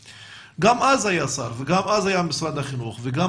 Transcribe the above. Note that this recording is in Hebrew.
גם אז היה שר וגם אז היה משרד החינוך וגם